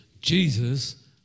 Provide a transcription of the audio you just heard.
Jesus